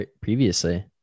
previously